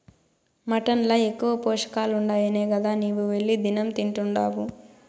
mutton ల ఎక్కువ పోషకాలుండాయనే గదా నీవు వెళ్లి దినం తింటున్డావు